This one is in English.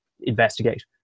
investigate